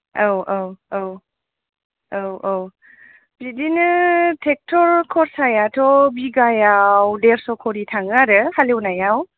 औ औ औ औ औ बिदिनो ट्रेक्टर खरसायाथ' बिगायाव देरस' खरि थाङो आरो हालेवनायाव